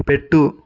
పెట్టు